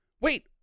Wait